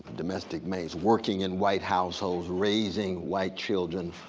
domestic maids. working in white households, raising white children,